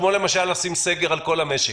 כמו למשל לשים סגר על כל המשק?